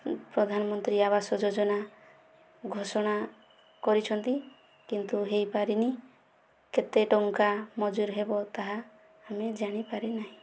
ପ୍ରଧାନମନ୍ତ୍ରୀ ଆବାସ ଯୋଜନା ଘୋଷଣା କରିଛନ୍ତି କିନ୍ତୁ ହୋଇପରିନି କେତେ ଟଙ୍କା ମଞ୍ଜୁର ହେବ ତାହା ଆମେ ଜାଣି ପାରିନାହିଁ